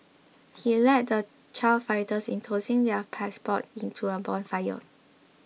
he led the child fighters in tossing their passports into a bonfire